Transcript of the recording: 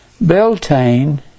Beltane